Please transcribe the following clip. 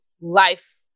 life